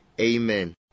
Amen